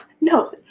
no